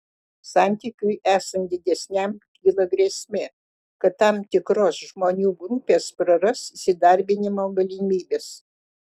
santykiui esant didesniam kyla grėsmė kad tam tikros žmonių grupės praras įsidarbinimo galimybes